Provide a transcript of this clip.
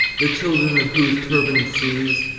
the children of whose turbaned seas,